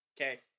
okay